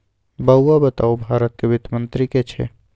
बौआ बताउ भारतक वित्त मंत्री के छै?